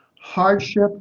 hardship